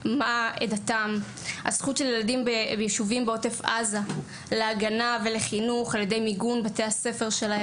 הזכות של ילדים בישובים בעוטף עזה להגנה ולמיגון בבתי הספר,